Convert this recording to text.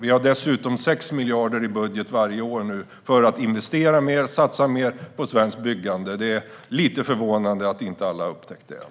Vi har nu dessutom 6 miljarder i budget varje år för att investera mer och satsa mer på svenskt byggande. Det är lite förvånande att inte alla har upptäckt det.